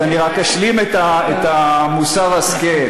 אז אני רק אשלים את מוסר ההשכל.